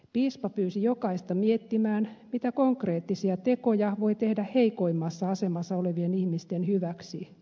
piispa pyysi jokaista miettimään mitä konkreettisia tekoja voi tehdä heikoimmassa asemassa olevien ihmisten hyväksi